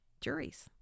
Juries